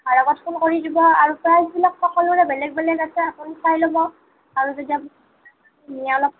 কৰি দিব আৰু প্ৰাইজবিলাক সকলোৰে বেলেগ বেলেগ আছে আৰু আপুনি চাই ল'ব আৰু যেতিয়া